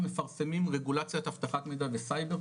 מפרסמים רגולציית אבטחת מידע וסייבר,